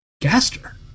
Gaster